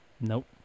Nope